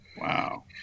Wow